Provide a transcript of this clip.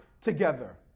together